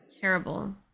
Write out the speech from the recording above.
Terrible